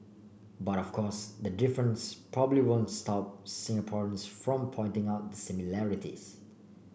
but of course the difference probably won't stop Singaporeans from pointing out similarities